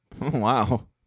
Wow